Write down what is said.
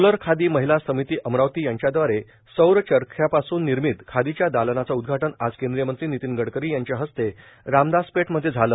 सौर खादी महिला समिती अमरावती यांच्यादवारे सौर चरख्यापासून निर्मित खादीच्या दालनाचे उद्घाटन आज केंद्रीय मंत्री नितीन गडकरी यांच्या हस्ते रामदासपेठमध्ये झाले